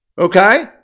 okay